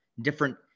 different